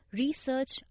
research